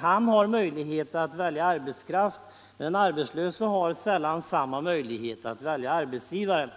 Han har möjlighet att välja arbetskraft, Allmänpolitisk debatt Allmänpolitisk debatt 10 men den arbetslöse har sällan samma möjlighet att välja arbetsgivare.